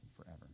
forever